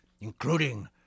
including